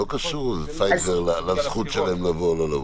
זה לא קשור פייזר לזכות שלהם לבוא או לא לבוא.